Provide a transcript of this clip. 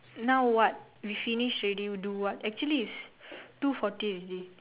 now what we finish already do what actually it's two forty already